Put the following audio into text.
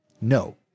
No